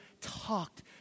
talked